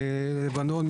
לבנון,